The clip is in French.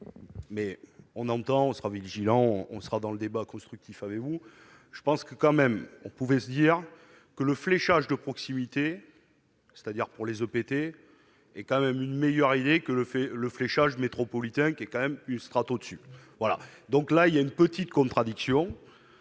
mais on entend on sera vigilant, on sera dans le débat constructif avec vous, je pense que quand même on pouvait se dire que le fléchage de proximité, c'est-à-dire pour les OPT est quand même une meilleure idée que le fait le fléchage métropolitains qui est quand même une strate au-dessus, voilà, donc là il y a une petite contradiction